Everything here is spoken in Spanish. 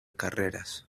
carreras